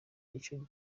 ico